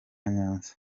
nyanza